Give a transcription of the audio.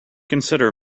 consider